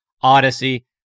Odyssey